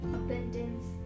abundance